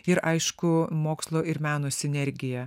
ir aišku mokslo ir meno sinergiją